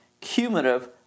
cumulative